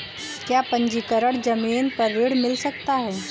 क्या पंजीकरण ज़मीन पर ऋण मिल सकता है?